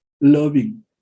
loving